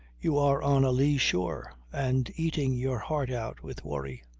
you are on a lee shore and eating your heart out with worry.